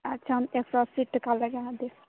अच्छा हम अहाँके एक सए अस्सी टके लगा देब